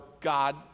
God